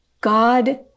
God